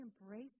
embrace